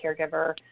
caregiver